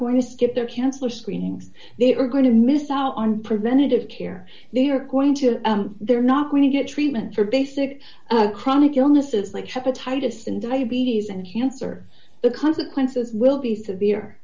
going to skip their cancer screenings they are going to miss out on preventive care they are going to they're not going to get treatment for basic chronic illnesses like hepatitis and diabetes and cancer the consequences will be severe